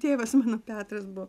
tėvas mano petras buvo